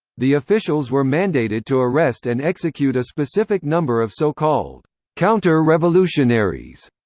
the officials were mandated to arrest and execute a specific number of so-called counter-revolutionaries,